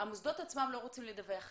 המוסדות עצמם לא רוצים לדווח עליהם.